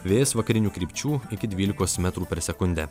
vėjas vakarinių krypčių iki dvylikos metrų per sekundę